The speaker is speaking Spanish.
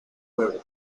puebla